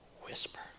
Whisper